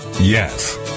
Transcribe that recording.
yes